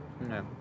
No